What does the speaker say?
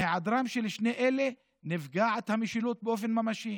בהיעדרם של שני אלה נפגעת המשילות באופן ממשי.